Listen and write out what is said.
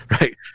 right